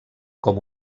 com